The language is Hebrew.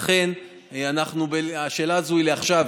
לכן השאלה הזאת היא לעכשיו,